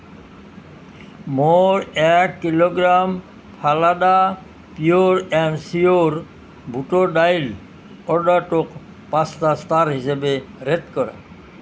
মোৰ এক kilogram Phalada pure and sure বুটৰ দাইল অৰ্ডাৰটোক পাঁচটা ষ্টাৰ হিচাপে ৰেট কৰা